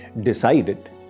decided